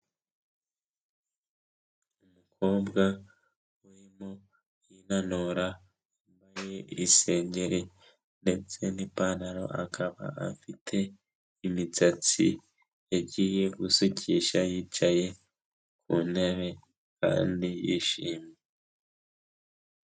Umukobwa urimo yinanura muri isengeri ndetse n'ipantaro akaba afite imisatsi yagiye gusukisha yicaye ku ntebe kandi yishimye.